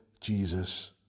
Jesus